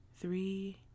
three